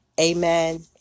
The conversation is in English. Amen